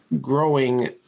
growing